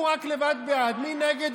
ורק הוא לבד בעד, מי נגד?